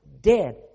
Dead